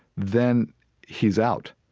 then he's out,